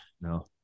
no